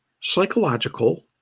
psychological